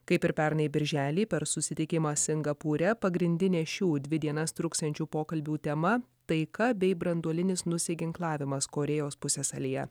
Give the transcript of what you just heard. kaip ir pernai birželį per susitikimą singapūre pagrindinė šių dvi dienas truksiančių pokalbių tema taika bei branduolinis nusiginklavimas korėjos pusiasalyje